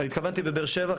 התכוונתי בבאר שבע.